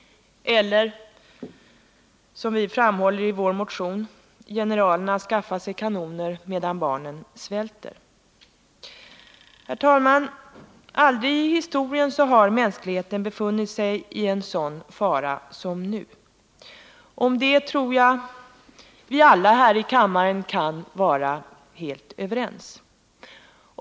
Eller som vi framhåller i vår motion: Generalerna skaffar sig kanoner medan barnen svälter. Aldrig i historien har mänskligheten befunnit sig i en sådan fara som nu. Om detta tror jag att vi alla här i kammaren kan vara helt överens.